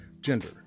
gender